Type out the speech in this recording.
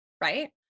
right